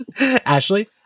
Ashley